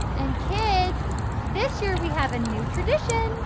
and kids this year we have a new tradition.